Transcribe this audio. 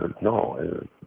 No